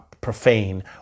profane